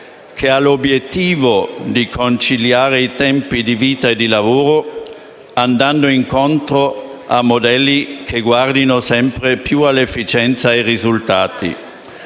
che ha l’obiettivo di conciliare i tempi di vita e di lavoro, andando incontro a modelli che guardino sempre più all’efficienza e ai risultati.